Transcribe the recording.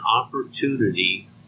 opportunity